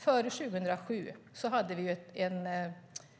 Före 2007 hade vi